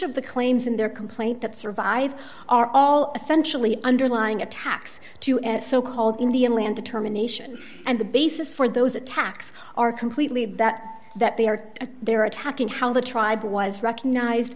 of the claims in their complaint that survive are all essentially underlying attacks to any so called indian land determination and the basis for those attacks are completely that that they are they're attacking how the tribe was recognized